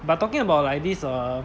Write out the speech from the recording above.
but talking about like this err